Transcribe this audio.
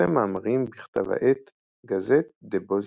ופרסם מאמרים בכתב העת "גאזט דה בוזאר".